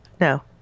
no